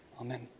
amen